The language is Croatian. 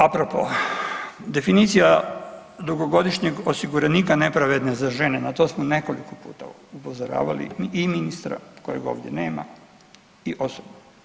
Apropo definicija dugogodišnjeg osiguranika nepravedna je za žene, na to smo nekoliko puta upozoravali i ministra kojeg ovdje nema i osobno.